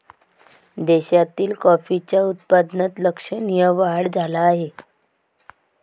देशातील कॉफीच्या उत्पादनात लक्षणीय वाढ झाला आहे